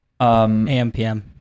AMPM